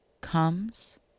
comes